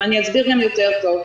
אני אסביר גם יותר טוב,